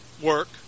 work